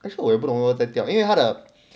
可是我也不懂我在掉因为它的